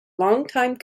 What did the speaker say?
longtime